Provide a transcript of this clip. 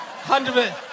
100%